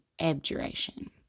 abjuration